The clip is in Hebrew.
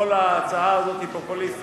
כל ההצעה הזאת היא פופוליסטית.